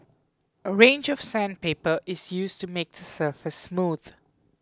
a range of sandpaper is used to make the surface smooth